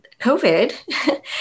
COVID